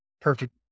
perfect